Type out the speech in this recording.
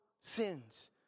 sins